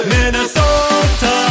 Minnesota